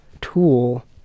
tool